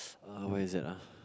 uh what is that ah